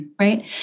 right